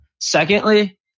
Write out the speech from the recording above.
Secondly